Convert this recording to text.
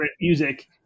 music